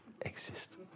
exist